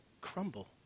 crumble